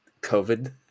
COVID